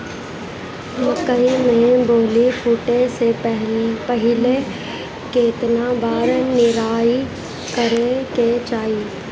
मकई मे बाली फूटे से पहिले केतना बार निराई करे के चाही?